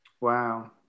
wow